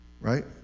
Right